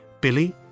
Billy